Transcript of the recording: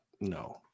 no